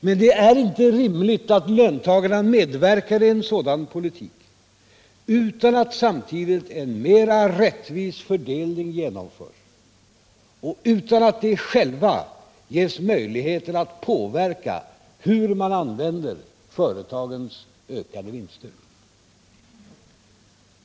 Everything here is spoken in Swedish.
Men det är inte rimligt att löntagarna medverkar i en sådan politik utan att samtidigt en mera rättvis fördelning genomförs och utan att de själva ges möjligheter att påverka hur man använder företagens ökade vinster.